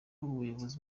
ubuyobozi